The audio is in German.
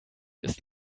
ist